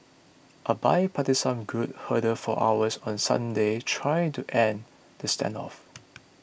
a bipartisan group huddled for hours on Sunday trying to end the stand off